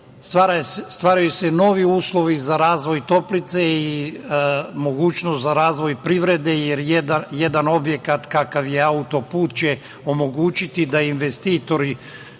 stvaraju se novi uslovi za razvoj Toplice i mogućnost za razvoj privrede, jer jedan objekat kakav je autoput će omogućiti da investitori